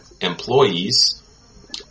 employees